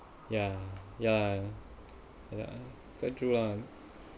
yeah yeah quite true ah